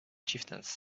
chieftains